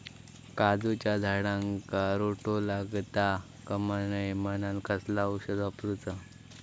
काजूच्या झाडांका रोटो लागता कमा नये म्हनान कसला औषध वापरूचा?